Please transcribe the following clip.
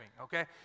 okay